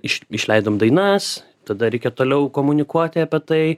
iš išleidom dainas tada reikia toliau komunikuoti apie tai